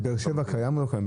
בבאר שבע זה קיים או לא קיים?